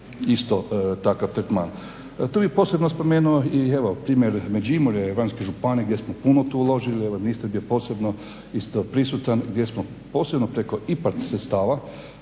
isto takav tretman. Tu bih posebno spomenuo i evo primjer Međimurje, Goranske županije, gdje smo puno tu uložili. Evo ministar je bio posebno isto prisutan gdje smo posebno preko IPARD sredstava